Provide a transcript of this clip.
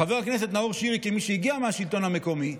חבר הכנסת נאור שירי, כמי שהגיע מהשלטון המקומי,